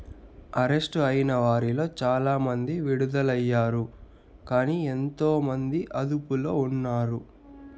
arrest అయిన వారిలో చాలా మంది విడుదలయ్యారు కానీ ఎంతో మంది అదుపులో ఉన్నారు